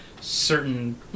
certain